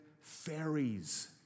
fairies